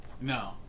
No